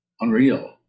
unreal